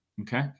Okay